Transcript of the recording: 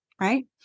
Right